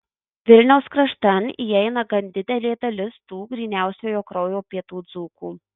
vilniaus kraštan įeina gan didelė dalis tų gryniausiojo kraujo pietų dzūkų